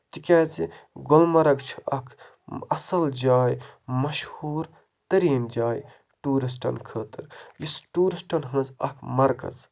تِکیٛازِ گُلمرگ چھِ اَکھ اَصٕل جاے مَشہوٗر تریٖن جاے ٹوٗرِسٹَن خٲطرٕ یُس ٹوٗرِسٹَن ہٕنٛز اَکھ مَرکز